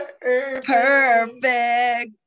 perfect